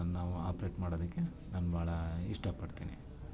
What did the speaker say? ನಾವು ಆಪ್ರೇಟ್ ಮಾಡೋದಕ್ಕೆ ನಾನು ಭಾಳಾ ಇಷ್ಟಪಡ್ತೀನಿ